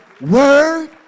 word